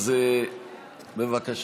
אז בבקשה,